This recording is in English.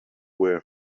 were